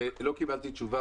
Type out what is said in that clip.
ולא קיבלתי תשובה.